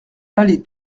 allée